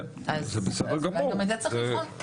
גם את זה צריך לבחון.